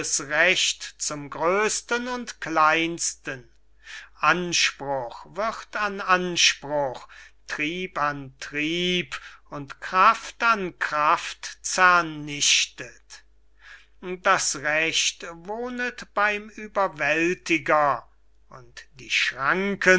recht zum grösten und kleinsten anspruch wird an anspruch trieb an trieb und kraft an kraft zernichtet das recht wohnet beim ueberwältiger und die schranken